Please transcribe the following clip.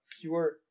pure